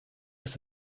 ist